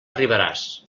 arribaràs